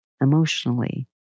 emotionally